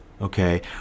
Okay